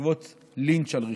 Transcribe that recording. בעקבות לינץ' על רכבו.